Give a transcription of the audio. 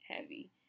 heavy